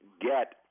get